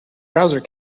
browser